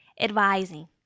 advising